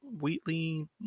Wheatley